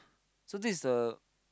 so this is the